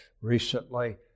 recently